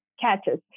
catches